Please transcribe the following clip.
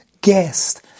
guest